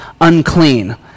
unclean